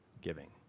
giving